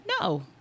No